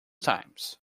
times